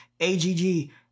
AGG